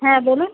হ্যাঁ বলুন